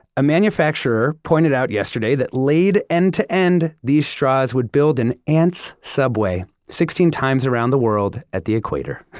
a manufacturer pointed out yesterday that laid end to end, these straws would build an ant's subway sixteen times around the world, at the equator.